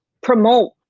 promote